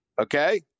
Okay